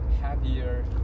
happier